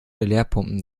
leerpumpen